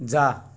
जा